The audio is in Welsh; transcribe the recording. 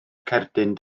cerdyn